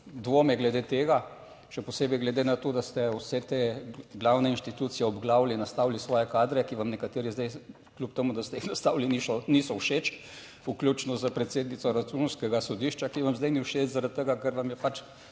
dvome glede tega, še posebej glede na to, da ste vse te glavne inštitucije obglavili, nastavili svoje kadre, ki vam nekateri zdaj kljub temu, da ste jih nastavili, niso všeč, vključno s predsednico Računskega sodišča, ki vam zdaj ni všeč zaradi tega, ker vam je pač